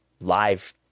live